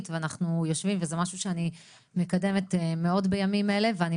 ואנחנו יושבים וזה משהו שאני מקדמת מאוד בימים האלה ואני